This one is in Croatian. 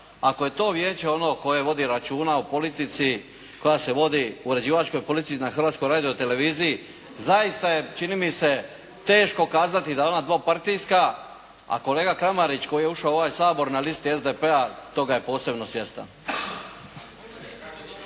Ako je to vijeće ono koje vodi računa o politici koja se vodi, uređivačkoj politici na Hrvatskoj radio-televiziji zaista je čini mi se teško kazati da je ona dvopartijska, a kolega Kramarić koji je ušao u ovaj Sabor na listi SDP-a toga je posebno svjestan.